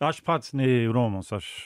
aš pats nei romas aš